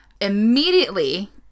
Immediately